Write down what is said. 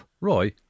Roy